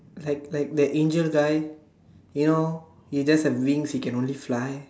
like like the Angel guy you know he just have wings he can only fly